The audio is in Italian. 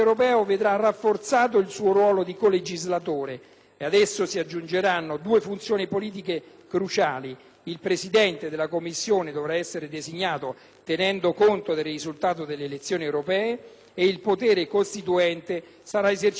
il Presidente della Commissione dovrà essere designato tenendo conto del risultato delle elezioni europee e il potere costituente sarà esercitato anche dall'Assemblea, oltre che dai Governi e dalla Commissione europea.